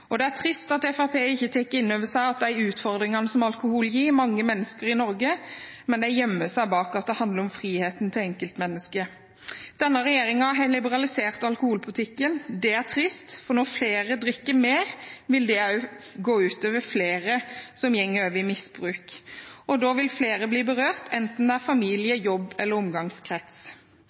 nye. Det er trist at Fremskrittspartiet ikke tar inn over seg utfordringene som alkohol gir mange mennesker i Norge, men gjemmer seg bak at det handler om friheten til enkeltmennesket. Denne regjeringen har liberalisert alkoholpolitikken. Det er trist, for når flere drikker mer, vil det gå utover flere som går over i misbruk. Da blir flere berørt, enten det er